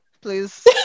please